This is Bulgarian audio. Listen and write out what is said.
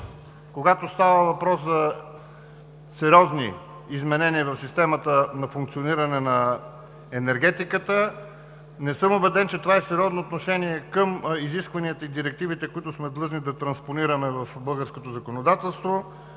когато става въпрос за сериозни изменения в системата на функциониране на енергетиката. Не съм убеден, че това е сериозно отношение към изискванията и европейските директивите, които сме длъжни да транспонираме в българското законодателство.